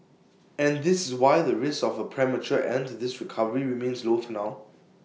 and this is why the risk of A premature end to this recovery remains low for now